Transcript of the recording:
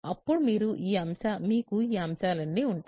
అప్పుడు మీకు ఈ అంశాలన్నీ ఉంటాయి